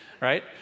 right